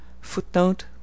Footnote